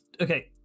okay